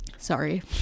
Sorry